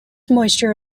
moisture